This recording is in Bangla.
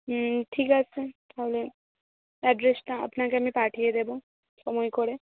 হুম ঠিক আছে তাহলে অ্যড্রেসটা আপনাকে আমি পাঠিয়ে দেব সময় করে